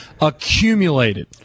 accumulated